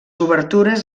obertures